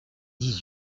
dix